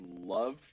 love